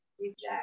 reject